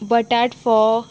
बटाट फोव